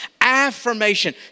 affirmation